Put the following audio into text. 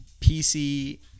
PC